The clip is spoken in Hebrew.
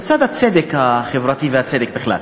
לצד הצדק החברתי והצדק בכלל.